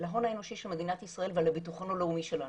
להון האנושי של מדינת ישראל ולביטחון הלאומי שלנו.